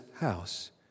house